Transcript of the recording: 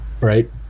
right